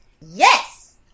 Yes